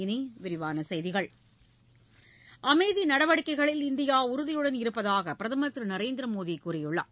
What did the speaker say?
இனி விரிவான செய்திகள் அமைதி நடவடிக்கைகளில் இந்தியா உறுதியுடன் இருப்பதாக பிரதமர் திரு நரேந்திரமோடி கூறியுள்ளார்